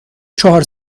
چهار